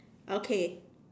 okay